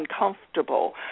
uncomfortable